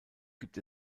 gibt